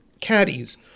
caddies